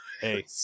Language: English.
Hey